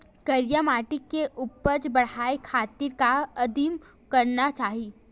करिया माटी के उपज बढ़ाये खातिर का उदिम करना चाही?